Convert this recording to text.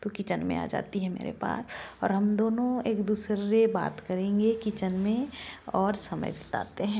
तो किचन में आ जाती है मेरे पास और हम दोनों एक दूसरे बात करेंगे किचन में और समय बिताते हैं